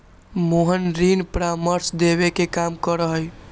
मोहन ऋण परामर्श देवे के काम करा हई